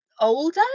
older